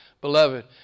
Beloved